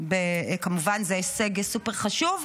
כמובן זה הישג סופר-חשוב,